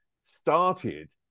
started